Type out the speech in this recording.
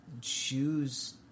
choose